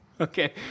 Okay